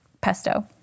pesto